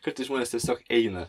kartais žmonės tiesiog eina